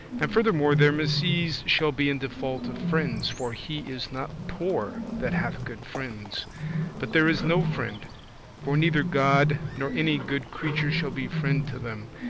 and furthermore, their misease shall be in default of friends, for he is not poor that hath good friends but there is no friend for neither god nor any good creature shall be friend to them,